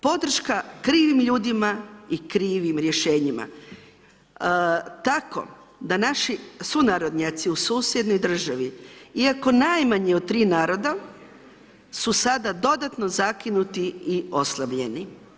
Podrška krivim ljudima i krivim rješenjima, tako da naši sunarodnjaci, u susjednoj državi, iako najmanje u 3 naroda, su sada dodatno zakinuti i oslabljeni.